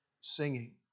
singing